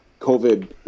COVID